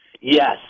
Yes